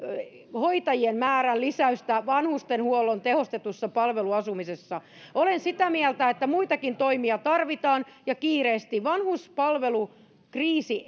hoitajien määrän lisäystä vanhustenhuollon tehostetussa palveluasumisessa olen sitä mieltä että muitakin toimia tarvitaan ja kiireesti vanhuspalvelukriisi